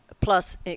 Plus